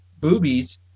boobies